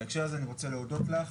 בהקשר הזה אני רוצה להודות לך,